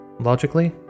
Logically